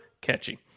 catchy